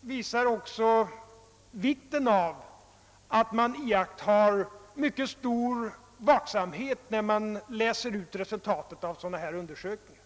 visar också vikten av att man iakt tar mycket stor vaksamhet när man läser ut resultaten av sådana här undersökningar.